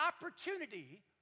opportunity